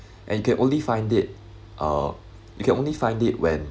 and you can only find it uh you can only find it when